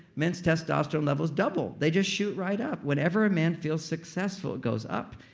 men's testosterone levels double. they just shoot right up. whenever a man feels successful, it goes up.